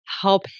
help